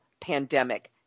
pandemic